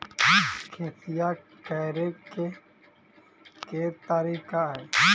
खेतिया करेके के तारिका?